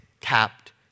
tapped